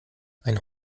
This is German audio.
eine